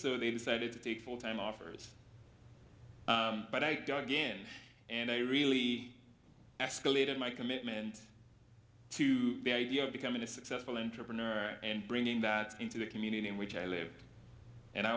so they decided to take full time offers but i don't again and i really escalated my commitment to the idea of becoming a successful entrepreneur and bringing that into the community in which i live and i